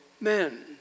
men